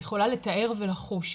היא יכולה לתאר ולחוש,